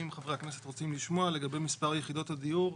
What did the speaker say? אתם רוצים לשמוע לגבי מספר יחידות הדיור.